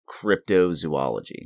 Cryptozoology